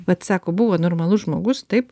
vat sako buvo normalus žmogus taip